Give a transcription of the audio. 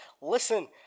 Listen